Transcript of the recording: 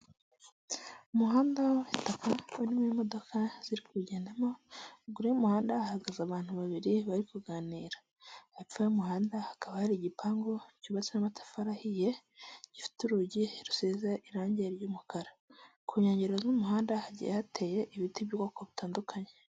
Umuhanda w'ibitaka urimo imodoka ziri kugendamo, ruguru y'umuhanda hahagaze abantu babiri bari kuganira, hepfo y'umuhanda hakaba hari igipangu cyubakishije amatafari ahiye gifite urugi rusize irangi ry'umukara, ku nkengero z'umuhanda hagiye hateye ibiti by'ubwoko butandukanye.